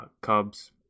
Cubs